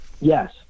Yes